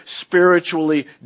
spiritually